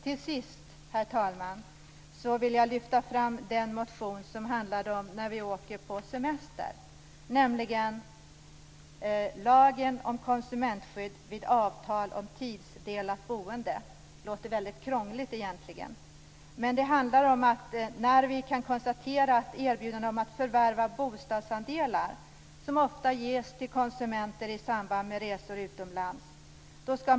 Till sist vill jag lyfta fram den motion som handlar om våra semesterresor, nämligen lagen om konsumentskydd vid avtal om tidsdelat boende. Det låter krångligt, men det handlar om erbjudanden om att förvärva bostadsandelar som ofta ges till konsumenter i samband med resor utomlands.